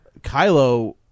Kylo